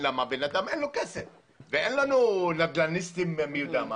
אדם אין כסף ואין לנו נדל"ניסטים מי-יודע-מה